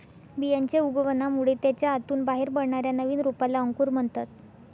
बियांच्या उगवणामुळे त्याच्या आतून बाहेर पडणाऱ्या नवीन रोपाला अंकुर म्हणतात